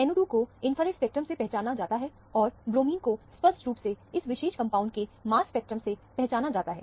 NO2 को infrared spectrum से पहचाना जाता है और ब्रोमिन को स्पष्ट रूप से इस विशेष कंपाउंड के मास स्पेक्ट्रम से पहचाना जाता है